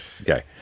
okay